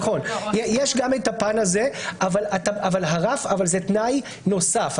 נכון, יש גם את הפן הזה, אבל זה תנאי נוסף.